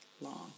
long